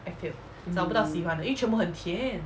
mm